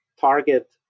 target